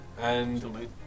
And-